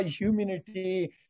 humanity